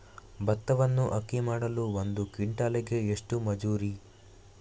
ಭತ್ತವನ್ನು ಅಕ್ಕಿ ಮಾಡಲು ಒಂದು ಕ್ವಿಂಟಾಲಿಗೆ ಎಷ್ಟು ಮಜೂರಿ?